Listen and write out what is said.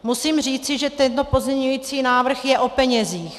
Musím říci, že tento pozměňující návrh je o penězích.